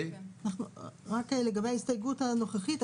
רק לגבי ההסתייגות הנוכחית,